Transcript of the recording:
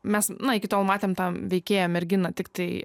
mes iki tol matėm tą veikėją merginą tiktai